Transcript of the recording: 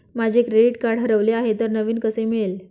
माझे credit card हरवले आहे तर नवीन कसे मिळेल?